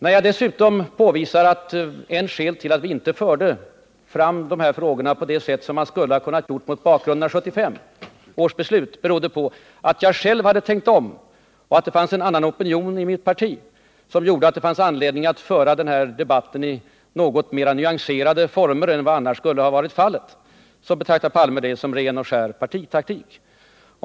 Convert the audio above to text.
När jag dessutom påvisar att ett skäl till att vi inte förde fram kärnenergifrågan på det sätt som skulle ha kunnat ske mot bakgrunden av 1975 års beslut är att jag själv hade tänkt om och att det fanns en opinion i mitt parti som gjorde att det fanns anledning att föra debatten i något mer nyanserade former, betraktar Olof Palme det som ren och skär partitaktik.